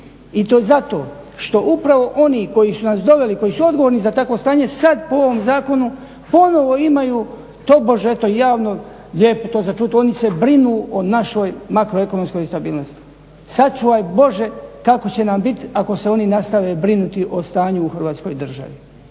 I to zato što upravo oni koji su nas doveli, koji su odgovorni za takvo stanje sad po ovom zakonu ponovo imaju to Bože, javno, lijepo to za čut, oni se brinu o našoj makroekonomskoj stabilnosti. Sačuvaj Bože kako će nam bit ako se oni nastave brinuti o stanju u Hrvatskoj državi.